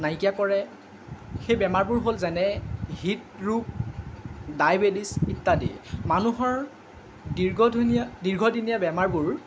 নাইকিয়া কৰে সেই বেমাৰবোৰ হ'ল যেনে হৃদ ৰোগ ডায়েবেটিজ ইত্যাদি মানুহৰ দীৰ্ঘদিনীয়া দীৰ্ঘদিনীয়া বেমাৰবোৰ